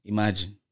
Imagine